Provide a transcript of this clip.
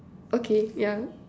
okay yeah